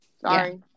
Sorry